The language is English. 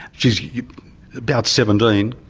she's about seventeen.